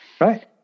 right